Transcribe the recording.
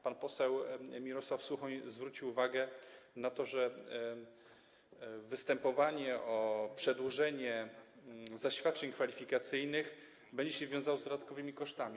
Pan poseł Mirosław Suchoń zwrócił uwagę, że występowanie o przedłużenie zaświadczeń kwalifikacyjnych będzie się wiązało z dodatkowymi kosztami.